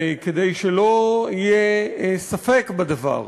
וכדי שלא יהיה ספק בדבר,